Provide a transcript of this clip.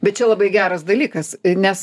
bet čia labai geras dalykas nes